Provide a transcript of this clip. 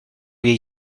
jej